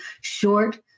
short